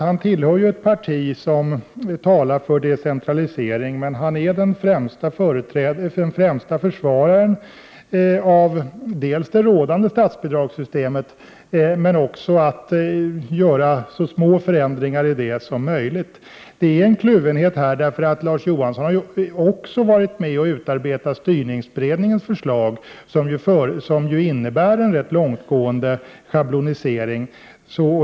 Han tillhör ju ett parti som talar för decentralisering, men dels är han den främste försvararen av det rådande statsbidragssystemet, dels vill han göra så små förändringar i det som möjligt. Detta utgör en kluvenhet, eftersom Larz Johansson också har varit med om att utarbeta styrningsberedningens förslag, som innebär en rätt långtgående schablonisering.